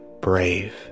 brave